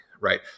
right